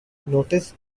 notice